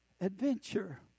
adventure